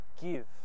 give